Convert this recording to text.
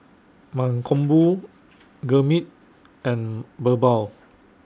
Mankombu Gurmeet and Birbal